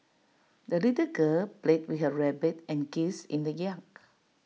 the little girl played with her rabbit and geese in the yard